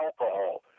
alcohol